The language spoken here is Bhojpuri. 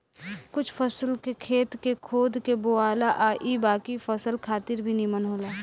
कुछ फसल के खेत के खोद के बोआला आ इ बाकी फसल खातिर भी निमन होला